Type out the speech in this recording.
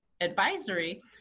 advisory